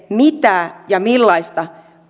mitä ja millaista